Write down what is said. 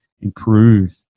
improve